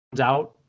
out